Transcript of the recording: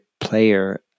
player